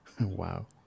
wow